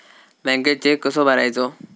बँकेत चेक कसो भरायचो?